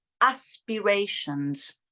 aspirations